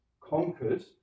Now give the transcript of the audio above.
conquered